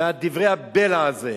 מדברי הבלע האלה?